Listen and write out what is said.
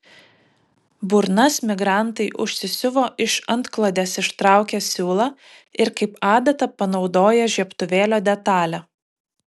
burnas migrantai užsisiuvo iš antklodės ištraukę siūlą ir kaip adatą panaudoję žiebtuvėlio detalę